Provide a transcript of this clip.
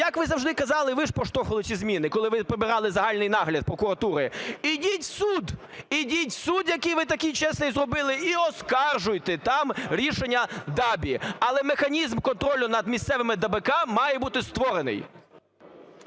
як ви завжди й казали, ви ж проштовхували ці зміни, коли ви прибирали загальний нагляд, прокуратури, ідіть в суд, ідіть в суд, який ви такий чесний зробили, і оскаржуйте там рішення ДАБІ. Але механізм контролю над місцевими ДАБК має бути створений.